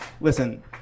Listen